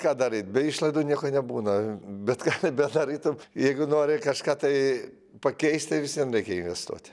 ką daryt be išlaidų nieko nebūna bet ką bedarytum jeigu nori kažką tai pakeist tai vis vien reikia investuot